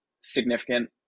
significant